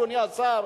אדוני השר,